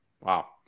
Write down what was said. Wow